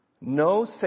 No